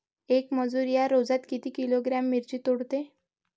येक मजूर या रोजात किती किलोग्रॅम मिरची तोडते?